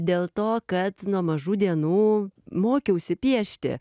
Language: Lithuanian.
dėl to kad nuo mažų dienų mokiausi piešti